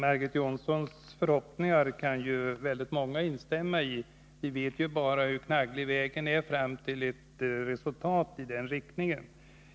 Fru talman! Väldigt många kan ju instämma i Margit Jonssons förhoppningar. Vi vet hur knagglig vägen är fram till ett resultat i den riktningen.